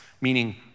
meaning